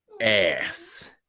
ass